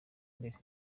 imbere